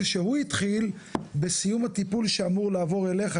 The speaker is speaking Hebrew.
שהוא התחיל בסיום הטיפול שאמור לעבור אליך?